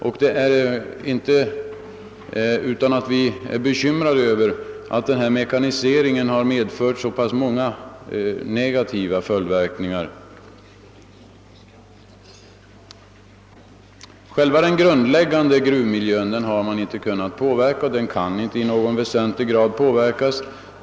Det är därför inte utan att vi är bekymrade över att mekaniseringen har fått en hel del negativa följdverkningar. Själva den grundläggande gruvmiljön har man inte kunnat påverka, och den kan inte i någon väsentlig grad påverkas.